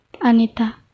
Anita